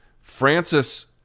Francis